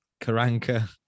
Karanka